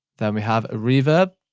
then we have reverb,